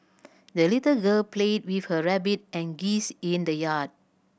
the little girl played with her rabbit and geese in the yard